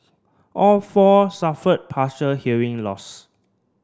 all four suffered partial hearing loss